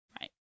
Right